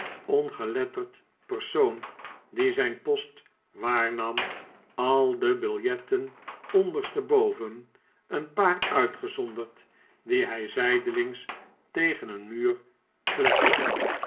ongeletterd persoon die zijn post waarnam al de biljetten ondersteboven een paar uitgezonderd die hij zijdelings tegen een muur kletste